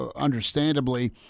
understandably